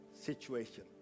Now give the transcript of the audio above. situation